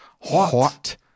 hot